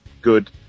good